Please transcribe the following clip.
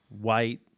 white